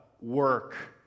work